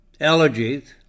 Allergies